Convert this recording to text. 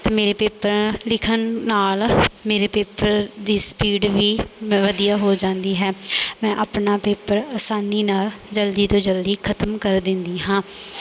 ਅਤੇ ਮੇਰੇ ਪੇਪਰ ਲਿਖਣ ਨਾਲ ਮੇਰੇ ਪੇਪਰ ਦੀ ਸਪੀਡ ਵੀ ਵਧੀਆ ਹੋ ਜਾਂਦੀ ਹੈ ਮੈਂ ਆਪਣਾ ਪੇਪਰ ਅਸਾਨੀ ਨਾਲ ਜਲਦੀ ਤੋਂ ਜਲਦੀ ਖਤਮ ਕਰ ਦਿੰਦੀ ਹਾਂ